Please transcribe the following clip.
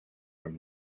from